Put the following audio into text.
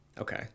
Okay